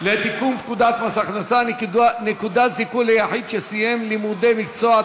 לתיקון פקודת מס הכנסה (נקודת זיכוי ליחיד שסיים לימודי מקצוע),